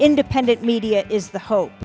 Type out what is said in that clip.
independent media is the hope